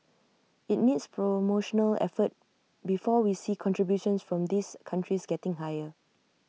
IT needs promotional effort before we see contributions from these countries getting higher